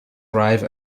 arrive